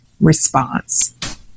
response